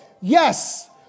Yes